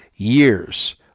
years